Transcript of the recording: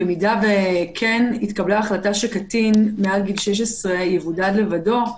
במידה שכן התקבלה החלטה שקטין מעל גיל 16 יבודד לבדו,